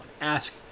Ask